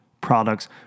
Products